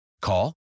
Call